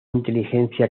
inteligencia